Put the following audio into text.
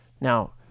Now